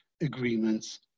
agreements